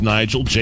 Nigel